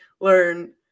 learn